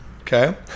Okay